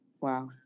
Wow